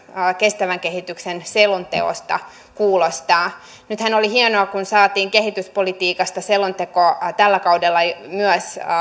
kestävän kehityksen selonteosta kuulostaa nythän oli hienoa kun saatiin kehityspolitiikasta selonteko tällä kaudella